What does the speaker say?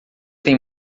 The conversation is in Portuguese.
tem